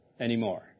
anymore